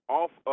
off